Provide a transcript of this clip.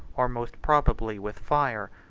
or most probably with fire,